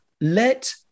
let